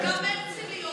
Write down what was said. גם מרץ צריכים להיות.